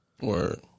Word